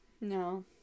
no